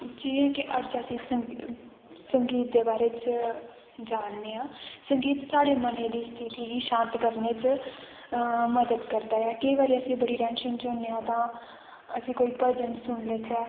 जि'यां केह् अज्ज असें संगी संगीत दे बारे च जानने आं संगीत साढ़े मनै दी स्थिति गी शांत करने च मदद करदा ऐ केईं बारी अस बड़ी टेंशन च होने आं तां असीं कोई कोई भजन सुनी लेचै